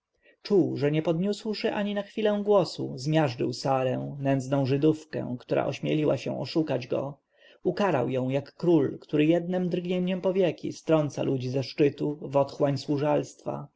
czuł że nie podniósłszy ani na chwilę głosu zmiażdżył sarę nędzną żydówkę która ośmieliła się oszukać go ukarał ją jak król który jednem drgnieniem powieki strąca ludzi ze szczytu w otchłań